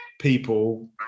people